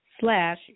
slash